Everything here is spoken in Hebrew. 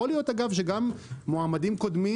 יכול להיות שגם מועמדים קודמים,